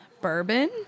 bourbon